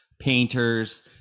painters